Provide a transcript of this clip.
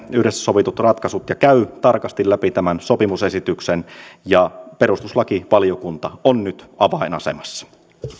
yhdessä sovitut ratkaisut ja käy tarkasti läpi tämän sopimusesityksen ja perustuslakivaliokunta on nyt avainasemassa